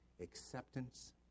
acceptance